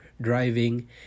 driving